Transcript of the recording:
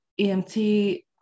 EMT